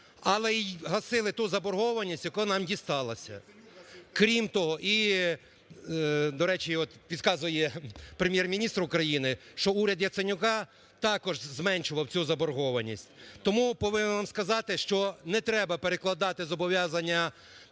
Але й гасили ту заборгованість, яка нам дісталася. Крім того, і, до речі, от підказує Прем'єр-міністр України, що уряд Яценюка також зменшував цю заборгованість. Тому повинен вам сказати, що не треба перекладати зобов'язання,